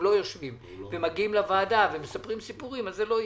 לא יושבים ומגיעים לוועדה ומספרים סיפורים זה לא יהיה.